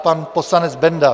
Pan poslanec Benda.